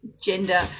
gender